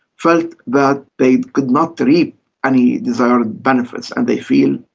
felt that they could not reap any desired benefits and they feel,